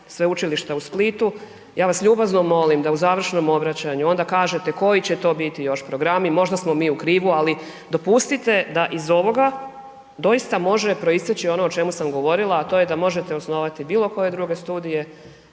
Sveučilišta u Splitu, ja vas ljubazno molim da u završnom obraćanju onda kažete koji će to biti još programi, možda smo mi u krivu, ali dopustite da iz ovoga doista može proisteći ono o čemu sam govorila, a to je da možete osnovati bilo koje druge studije